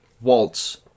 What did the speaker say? Waltz